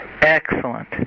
Excellent